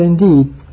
indeed